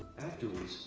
afterwards,